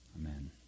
Amen